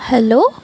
hello